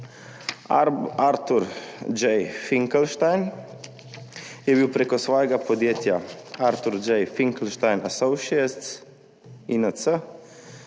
Arthur J. Finkelstein je bil prek svojega podjetja Arthur J. Finkelstein & Associates Inc.,